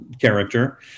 character